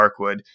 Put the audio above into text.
Darkwood